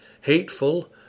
hateful